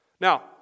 Now